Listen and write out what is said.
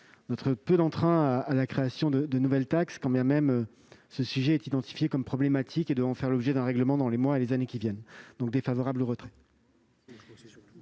notre peu d'entrain à la création de nouvelles taxes, quand bien même ce sujet est identifié comme problématique et devant faire l'objet d'un règlement dans les mois et les années à venir. La parole est